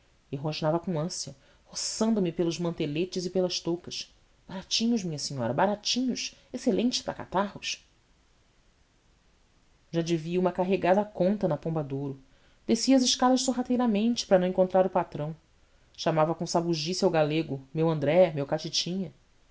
rosnava com ânsia roçando me pelos manteletes e pelas toucas baratinhos minha senhora baratinhos excelentes para catarros já devia uma carregada conta na pomba de ouro descia as escadas sorrateiramente para não encontrar o patrão chamava com sabujice ao galego meu andré meu catitinha